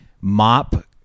mop